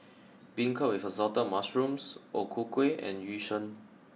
Beancurd with Assorted Mushrooms O Ku Kueh and Yu Sheng